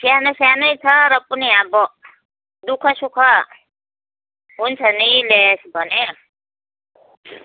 सानो सानो नै छ र पनि अब दुःख सुख हुन्छ नि ल्याइस् भने